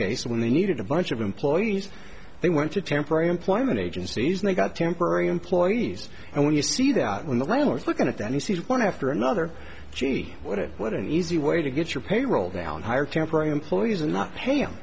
case when they needed a bunch of employees they went to temporary employment agencies and they got temporary employees and when you see that when the owner is looking at that he sees one after another gee what it what an easy way to get your payroll down hire temporary employees and not pay